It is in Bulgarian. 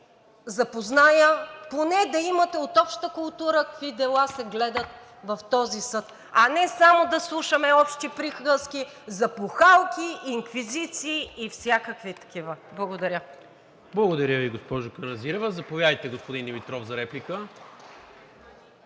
запозная, за да имате от обща култура какви дела се гледат в този съд, а не само да слушаме общи приказки за бухалки, инквизиции и всякакви такива. Благодаря. ПРЕДСЕДАТЕЛ НИКОЛА МИНЧЕВ: Благодаря Ви, госпожо Каназирева. Заповядайте, господин Димитров, за реплика.